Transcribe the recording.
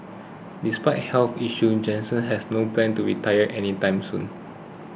despite health issues Jansen has no plans to retire any time soon